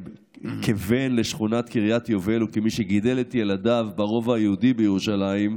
כבן לשכונת קריית יובל וכמי שגידל את ילדיו ברובע היהודי בירושלים,